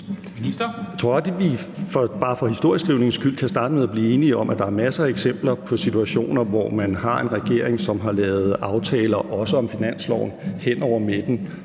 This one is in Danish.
Jeg tror godt, at vi bare for historieskrivningens skyld kan blive enige om, at der er masser af eksempler på situationer, hvor man har en regering, som har lavet aftaler, også om finansloven, hen over midten,